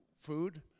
food